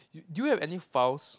do you have any files